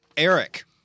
Eric